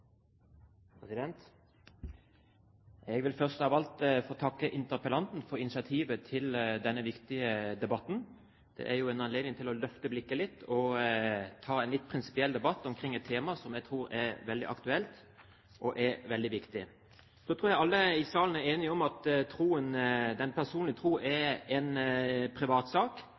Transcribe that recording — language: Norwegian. Jeg vil først av alt få takke interpellanten for initiativet til denne viktige debatten. Det er jo en anledning til å løfte blikket litt og ta en prinsipiell debatt omkring et tema som jeg tror er veldig aktuelt og viktig. Så tror jeg alle i salen er enige om at den personlige tro er en privatsak